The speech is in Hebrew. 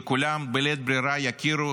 וכולם בלית ברירה יכירו